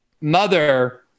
mother